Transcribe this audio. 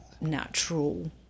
natural